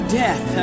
death